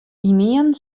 ynienen